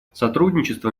сотрудничество